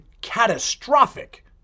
catastrophic